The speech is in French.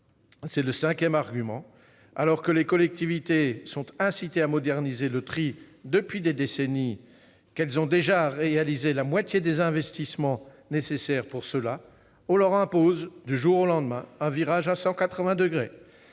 C'est le cinquième argument. Alors que les collectivités sont incitées à moderniser le tri depuis des décennies et qu'elles ont déjà réalisé la moitié des investissements nécessaires, on leur impose, du jour au lendemain, un virage à 180 degrés.